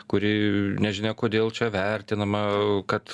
kuri nežinia kodėl čia vertinama kad